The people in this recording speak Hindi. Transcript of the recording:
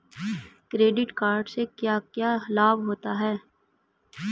क्रेडिट कार्ड से क्या क्या लाभ होता है?